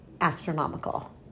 astronomical